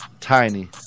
Tiny